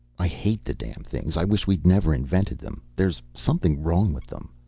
i hate the damn things. i wish we'd never invented them. there's something wrong with them.